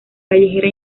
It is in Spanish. callejera